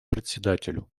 председателю